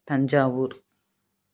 Thanjavur